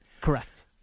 Correct